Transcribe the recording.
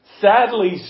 Sadly